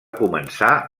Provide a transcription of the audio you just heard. començar